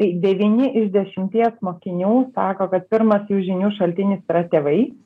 tai devyni iš dešimties mokinių sako kad pirmas jų žinių šaltinis yra tėvai